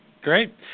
great